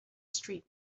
street